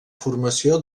formació